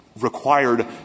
required